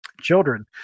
Children